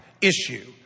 issue